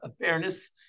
fairness